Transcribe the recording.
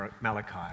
Malachi